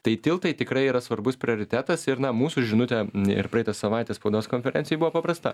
tai tiltai tikrai yra svarbus prioritetas ir na mūsų žinutė ir praeitą savaitę spaudos konferencijoj buvo paprasta